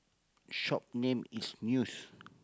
shop name is Muse